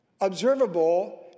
observable